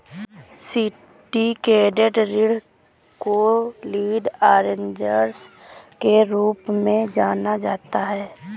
syndicated ऋण को lead arrangers के रूप में जाना जाता है